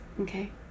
Okay